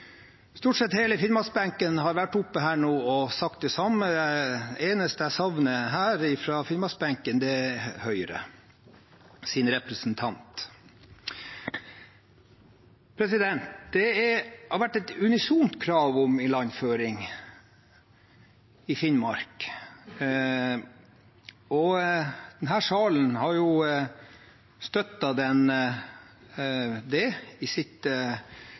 Stort sett hele finnmarksbenken har vært oppe her og sagt det samme. Den eneste jeg savner her fra finnmarksbenken, er Høyres representant. Det har vært et unisont krav om ilandføring i Finnmark.